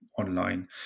online